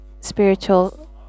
spiritual